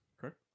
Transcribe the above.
Correct